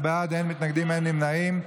16 בעד, אין מתנגדים, אין נמנעים.